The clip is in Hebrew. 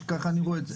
ככה אני רואה את זה.